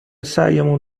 سعیمون